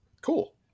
Cool